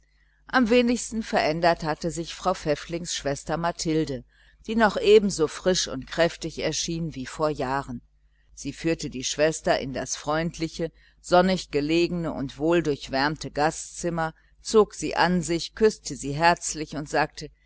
am wenigsten verändert hatte sich frau pfäfflings schwester mathilde die noch ebenso frisch und kräftig erschien wie vor jahren sie führte die schwester in das freundliche sonnig gelegene und wohldurchwärmte gastzimmer zog sie an sich küßte sie herzlich und sagte